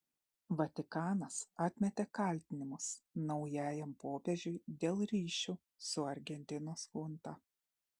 vatikanas atmetė kaltinimus naujajam popiežiui dėl ryšių su argentinos chunta